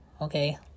okay